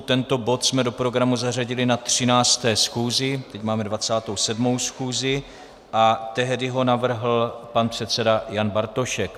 Tento bod jsme do programu zařadili na 13. schůzi, teď máme 27. schůzi, a tehdy ho navrhl pan předseda Jan Bartošek.